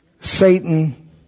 Satan